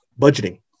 budgeting